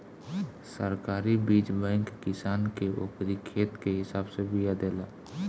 सरकारी बीज बैंक किसान के ओकरी खेत के हिसाब से बिया देला